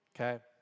okay